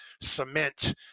cement